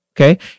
Okay